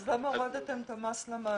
אז למה הורדתם את המס למעסיקים?